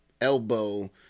elbow